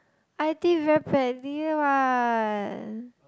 I did very badly what